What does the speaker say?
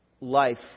life